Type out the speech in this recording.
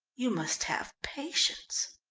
you must have patience!